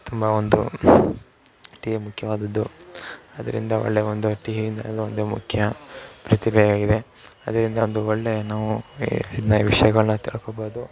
ತುಂಬ ಒಂದು ಟಿವಿ ಮುಖ್ಯವಾದದ್ದು ಅದರಿಂದ ಒಳ್ಳೆ ಒಂದು ಟಿವಿಯಿಂದ ಅದೊಂದು ಮುಖ್ಯ ಪ್ರತಿಭೆಯಾಗಿದೆ ಅದರಿಂದ ಒಂದು ಒಳ್ಳೆ ನಾವು ಈ ಇದನ್ನ ವಿಷಯಗಳ್ನ ತಿಳ್ಕೊಳ್ಬೋದು